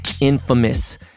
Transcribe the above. Infamous